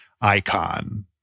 icon